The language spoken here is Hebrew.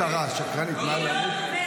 לא מכובד לקרוא לשרה "שקרנית" מעל הבמה.